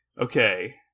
Okay